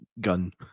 gun